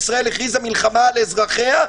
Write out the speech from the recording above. הכריזה מלחמה על אזרחיה,